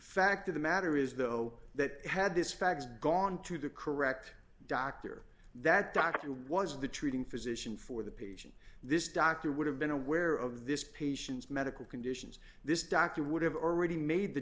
fact of the matter is though that had this fact gone to the correct doctor that doctor was the treating physician for the patient this doctor would have been aware of this patient's medical conditions this doctor would have already made the